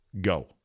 Go